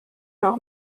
noch